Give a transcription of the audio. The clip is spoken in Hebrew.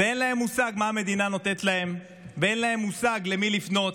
ואין להם מושג מה המדינה נותנת להם ואין להם מושג למי לפנות,